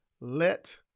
let